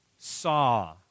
Saw